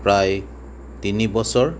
প্ৰায় তিনি বছৰ